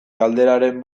galderaren